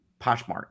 Poshmark